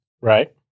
Right